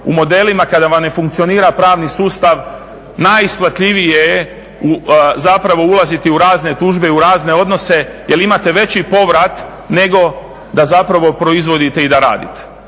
u modelima kada vam ne funkcionira pravni sustav naisplativije je zapravo ulaziti u razne tužbe i u razne odnose jer imate veći povrat nego da zapravo proizvodite i da radite.